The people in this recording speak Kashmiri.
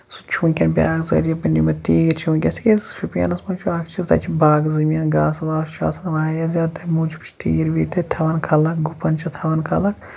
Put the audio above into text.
سُہ چھُ وٕنکین بنٲیمٕتۍ تیٖر چھ ؤنکیس تِکیازِ شُپینس منٛز چھُ اکھ چیٖز تَتہِ چھِ باغہٕ زٔمیٖن گاسہٕ واسہٕ چھُ آسان واریاہ زیادٕ تَمہِ موٗجوٗب چھِ تیٖر ویٖر تَتہِ تھاوان خلق گُپن چھِ تھاوان خلق